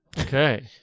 Okay